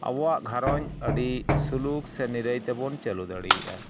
ᱟᱵᱚᱣᱟᱜ ᱜᱷᱟᱨᱚᱸᱡᱽ ᱟᱹᱰᱤ ᱥᱩᱞᱩᱠ ᱥᱮ ᱱᱤᱨᱟᱹᱭ ᱛᱮᱵᱚᱱ ᱪᱟᱹᱞᱩ ᱫᱟᱲᱮᱭᱟᱜᱼᱟ